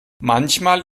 manchmal